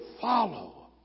follow